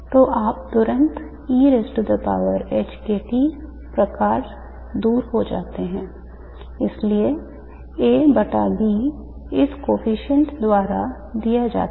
तो आप तुरंत प्रकार दूर हो जाते हैं इसलिए A बटा B इस coefficient द्वारा दिया जाता है